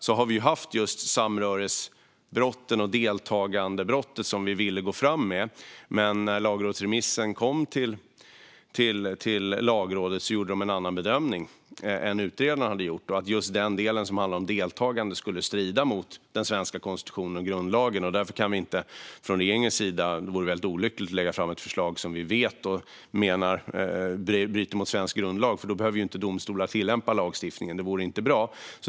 Vi ville gå fram med samröresbrottet och deltagandebrottet, men när remissen kom till Lagrådet gjorde de en annan bedömning än vad utredaren hade gjort gällande att den del som handlar om deltagande skulle strida mot den svenska konstitutionen och grundlagen. Vi kan inte från regeringens sida lägga fram ett förslag som vi vet bryter mot svensk grundlag. Det vore väldigt olyckligt - då skulle ju inte domstolar behöva tillämpa lagstiftningen, och det vore inte bra.